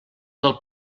del